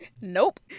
Nope